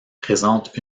présentent